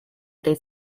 этой